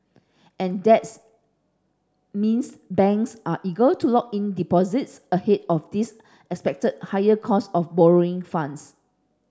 and that's means banks are eager to lock in deposits ahead of this expected higher cost of borrowing funds